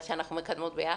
אבל שאנחנו מקדמות ביחד,